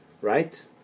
right